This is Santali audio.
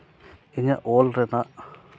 ᱤᱧᱟᱹᱜ ᱚᱞ ᱨᱮᱱᱟᱜ